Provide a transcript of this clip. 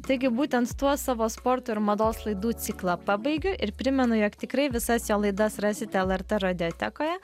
taigi būtent tuo savo sporto ir mados laidų ciklą pabaigiau ir primenu jog tikrai visas jo laidas rasite lrt radiotekoje